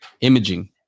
imaging